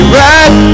right